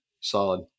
solid